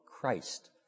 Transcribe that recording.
Christ